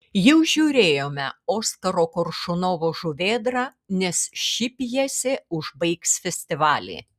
jau žiūrėjome oskaro koršunovo žuvėdrą nes ši pjesė užbaigs festivalį